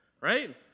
right